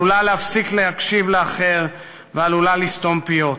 עלולה להפסיק להקשיב לאחר ועלולה לסתום פיות.